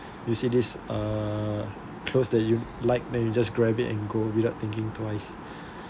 you see this uh clothes that you like when you just grab it and go without thinking twice that